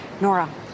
Nora